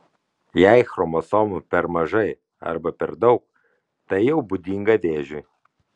jei chromosomų per mažai arba per daug tai jau būdinga vėžiui